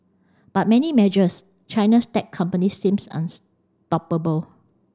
but many measures China's tech companies seems unstoppable